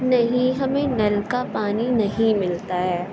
نہیں ہمیں نل کا پانی نہیں ملتا ہے